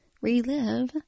Relive